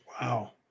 Wow